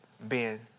Ben